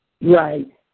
Right